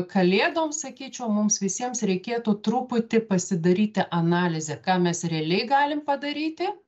kalėdom sakyčiau mums visiems reikėtų truputį pasidaryti analizę ką mes realiai galim padaryti